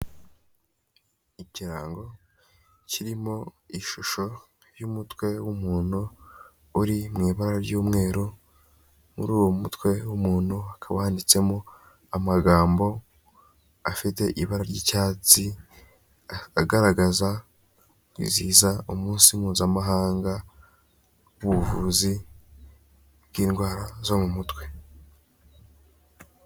Ikirango kirimo ishusho y'umutwe w'umuntu uri mu ibara ry'umweru, muri uwo mutwe w'umuntu hakaba handitsemo amagambo afite ibara ry'icyatsi agaragaza kwizihiza umunsi mpuzamahanga w'ubuvuzi bw'indwara zo mu mutwe.